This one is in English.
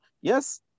Yes